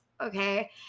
okay